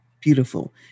beautiful